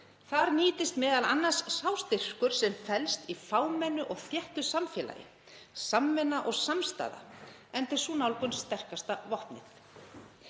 Þar nýtist m.a. sá styrkur sem felst í fámennu og þéttu samfélagi — samvinna og samstaða — enda er sú nálgun sterkasta vopnið.